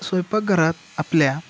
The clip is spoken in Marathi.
स्वयंपाकघरात आपल्या